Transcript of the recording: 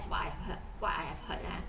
what I heard what I have heard lah